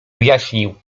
wyjaśnił